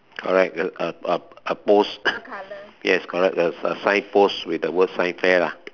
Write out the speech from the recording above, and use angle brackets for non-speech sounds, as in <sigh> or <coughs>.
correct a a a a post <coughs> yes correct there's a signpost with the word science fair lah